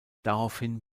daraufhin